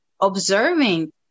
observing